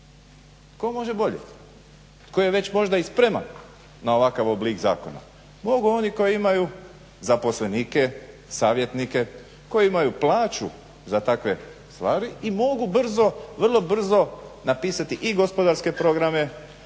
Tko može bolje? Tko je već možda i spreman na ovakav oblik zakona. Mogu oni koji imaju zaposlenike, savjetnike, koji imaju plaću za takve stvari i mogu vrlo brzo napisati i gospodarske programe